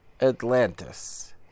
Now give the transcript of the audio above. Atlantis